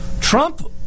Trump